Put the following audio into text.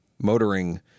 motoring